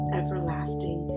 everlasting